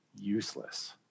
useless